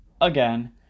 again